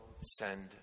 send